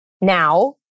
now